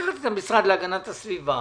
לקחת את המשרד להגנת הסביבה,